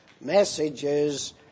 messages